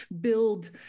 build